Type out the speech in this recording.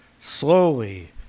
Slowly